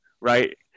right